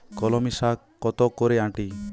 কলমি শাখ কত করে আঁটি?